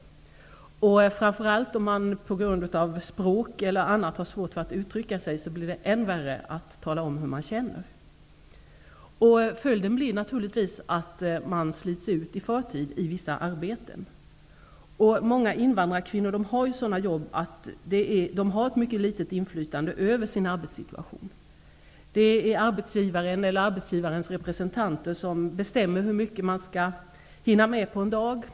Framför allt om man på grund av språk eller annat har svårt att uttrycka sig, blir det än värre att tala om hur man känner. Följden blir naturligtvis att man slits ut i förtid i vissa arbeten. Många invandrarkvinnor har sådana jobb att de har ett mycket litet inflytande över sin arbetssituation. Det är arbetsgivaren eller arbetsgivarens representanter som bestämmer hur mycket man skall hinna med på en dag.